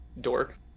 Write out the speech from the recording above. dork